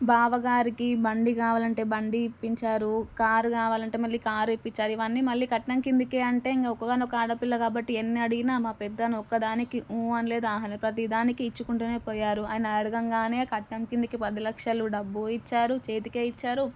బావగారికి బండి కావాలంటే బండి ఇప్పించారు కార్ కావాలి అంటే మళ్ళీ కార్ ఇప్పించారు ఇవన్నీ మళ్ళీ కట్నం క్రిందికే అంటే ఇంకా ఒక్కగానొక్క ఆడపిల్ల కాబట్టి ఎన్ని అడిగినా మా పెదనాన ఒక్కదానికి ఊ అనలేదు ఆ అనలేదు ప్రతీ దానికి ఇచ్చుకుంటూనే పోయారు అయన అడగంగానే కట్నం క్రిందికి పది లక్షలు డబ్బు ఇచ్చారు చేతికే ఇచ్చారు